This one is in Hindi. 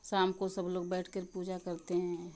शाम को सब लोग बैठकर पूजा करते हैं